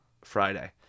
Friday